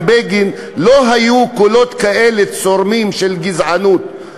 בגין לא היו קולות כאלה צורמים של גזענות.